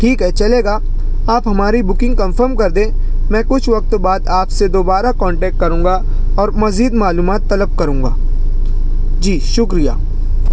ٹھیک ہے چلے گا آپ ہماری بکنگ کنفرم کر دیں میں کچھ وقت بعد آپ سے دوبارہ کانٹیکٹ کروں گا اور مزید معلومات طلب کروں گا جی شکریہ